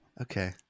Okay